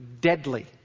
deadly